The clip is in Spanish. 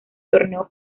torneo